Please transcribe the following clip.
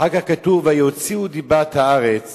ואחר כך כתוב: ויוציאו דיבת הארץ